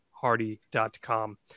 Hardy.com